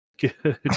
Good